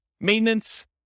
Maintenance